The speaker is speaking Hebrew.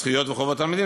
בזכויות וחובות תלמידים,